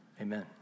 Amen